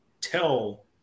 tell